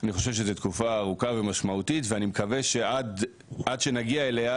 אני חושב שזה תקופה ארוכה ומשמעותית ואני מקווה שעד שנגיע אליה,